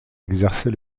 exercer